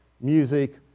music